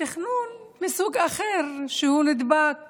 יש תכנון מסוג אחר, שהוא נדבק